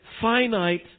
finite